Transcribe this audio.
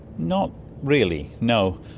not really, no.